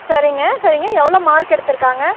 சரிங்க சரிங்க எவ்வளோ மார்க் எடுத்திருக்காங்க